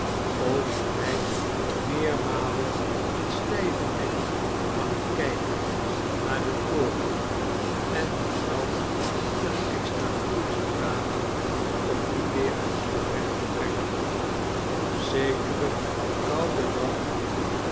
ook had hij meermalen een stijven nek van het kijken naar den toren en moest dan een extra toertje draven om dien weer terecht te brengen jp zekeren kouden dag